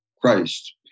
christ